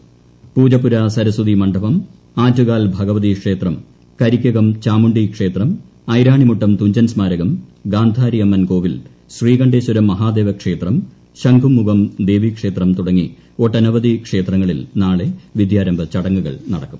പ്രിജ്ച്ചു്ര സരസ്വതീ മണ്ഡപം ആറ്റുകാൽ ഭഗവതി ക്ഷേത്രം ക്രിയ്ക്ക്കം ചാമുണ്ഡീക്ഷേത്രം ഐരാണിമുട്ടം തുഞ്ചൻ സ്മാരക്ടം ഗാന്ധാരി അമ്മൻ കോവിൽ ശ്രീകണ്ഠേശ്വരം മഹാദേവ് ക്ഷേത്രം ശംഖുമുഖം ദേവീക്ഷേത്രം തുടങ്ങി ഒട്ടനവധി ക്ഷേത്രിങ്ങളിൽ നാളെ വിദ്യാരംഭ ചടങ്ങുകൾ നടക്കും